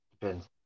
depends